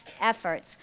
efforts